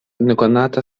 nekonata